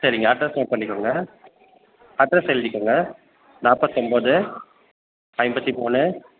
சரிங்க address note பண்ணிக்கோங்க address எழுதிக்கோங்க நாற்பத்தி ஒன்பது ஐம்பத்து மூணு